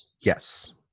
yes